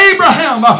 Abraham